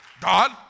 God